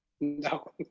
No